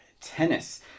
tennis